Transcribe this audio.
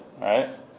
right